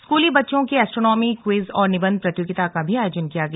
स्कूली बच्चों की एस्ट्रोनॉमी क्विज और निबंध प्रतियोगिता का भी आयोजन किया गया